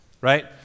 right